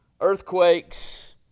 earthquakes